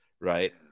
right